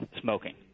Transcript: smoking